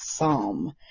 Psalm